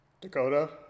Dakota